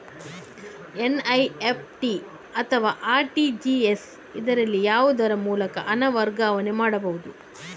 NEFT ಅಥವಾ RTGS, ಇದರಲ್ಲಿ ಯಾವುದರ ಮೂಲಕ ಹಣ ವರ್ಗಾವಣೆ ಮಾಡಬಹುದು?